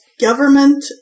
government